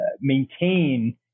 maintain